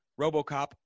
RoboCop